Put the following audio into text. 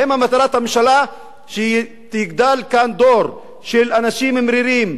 האם מטרת הממשלה שיגדל כאן דור של אנשים מרירים,